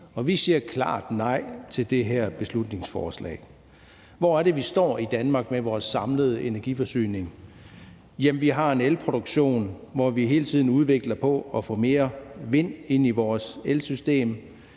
vi siger klart nej til det her beslutningsforslag. Hvor er det, vi står i Danmark med vores samlede energiforsyning? Jamen vi har en elproduktion, hvor vi hele tiden udvikler på det for at få mere vind ind i vores elsystem.